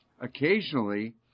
Occasionally